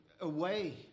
away